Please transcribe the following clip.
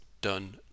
Done